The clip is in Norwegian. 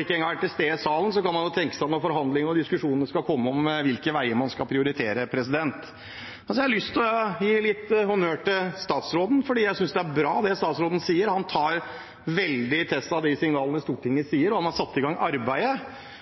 ikke engang er til stede i salen, kan man jo tenke seg hvor forhandlingene og diskusjonene om hvilke veier man skal prioritere, skal komme. Så har jeg lyst til å gi honnør til statsråden, for jeg synes det er bra, det statsråden sier. Han tar veldig til seg de signalene Stortinget gir, og han har satt i gang arbeidet.